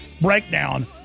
breakdown